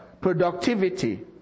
productivity